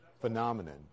phenomenon